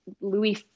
Louis –